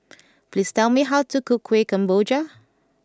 please tell me how to cook Kuih Kemboja